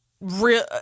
real